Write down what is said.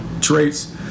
traits –